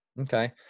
Okay